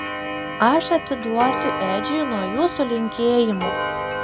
aš atiduosiu edžiui nuo jūsų linkėjimų